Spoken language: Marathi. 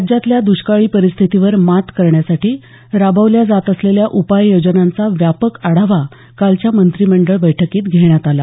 राज्यातल्या दुष्काळी परिस्थितीवर मात करण्यासाठी राबवल्या जात असलेल्या उपाययोजनांचा व्यापक आढावा कालच्या मंत्रिमंडळ बैठकीत घेण्यात आला